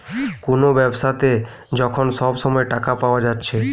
কুনো ব্যাবসাতে যখন সব সময় টাকা পায়া যাচ্ছে